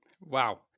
Wow